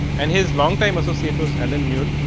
and his long time associate was allen newell